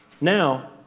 Now